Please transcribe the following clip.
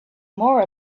more